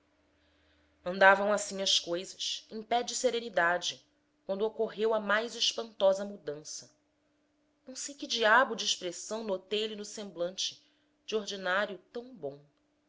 remetido andavam assim as coisas em pé de serenidade quando ocorreu a mais espantosa mudança não sei que diabo de expressão notei lhe no semblante de ordinário tão bom